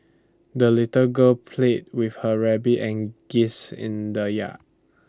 the little girl played with her rabbit and geese in the yard